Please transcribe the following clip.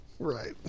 Right